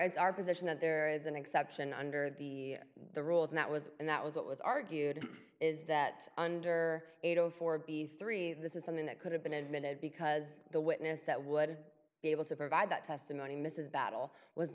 it's our position that there is an exception under the the rules and that was and that was what was argued is that under eight o four b three this is something that could have been admitted because the witness that would be able to provide that testimony mrs battle w